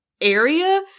area